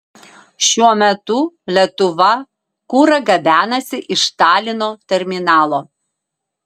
šiuo metu lietuva kurą gabenasi iš talino terminalo